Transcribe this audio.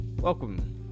welcome